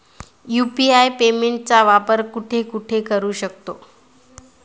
UPI पेमेंटचा वापर कुठे कुठे करू शकतो?